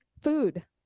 food